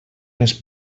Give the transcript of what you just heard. més